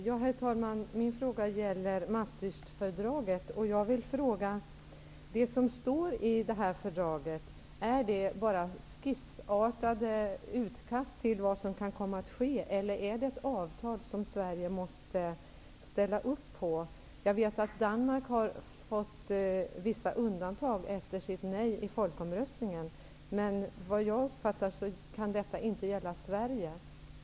Herr talman! Min fråga gäller Maastrichtfördraget. Är det som står i fördraget bara skissartade utkast till vad som kan komma att ske eller är det ett avtal som Sverige måste ställa upp på? Jag vet att Danmark har fått vissa undantag efter sitt nej i folkomröstningen, men som jag uppfattar det kan detta inte gälla för Sverige.